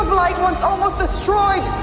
light once almost destroyed